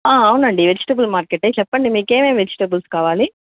అవునండి వెజిటల్ మార్కెటే చెప్పండి మీకేమేం వెజిటబుల్స్ కావాలి